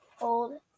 old